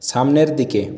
সামনের দিকে